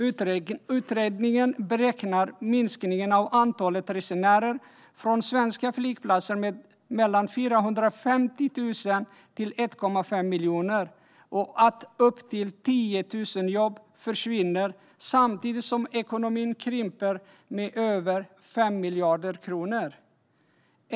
Utredningen beräknar att antalet resenärer från svenska flygplatser minskar med 450 000 till 1,5 miljoner och att upp till 10 000 jobb försvinner samtidigt som ekonomin krymper med över 5 miljarder kronor.